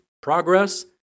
progress